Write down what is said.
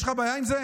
יש לך בעיה עם זה?